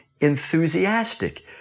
enthusiastic